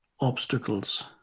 obstacles